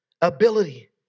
ability